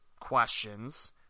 questions